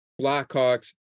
Blackhawks